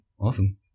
Awesome